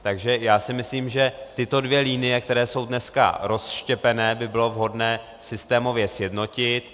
Takže si myslím, že tyto dvě linie, které jsou dneska rozštěpené, by bylo vhodné systémově sjednotit.